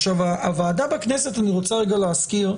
עכשיו, הוועדה בכנסת, אני רוצה רגע להזכיר,